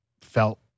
felt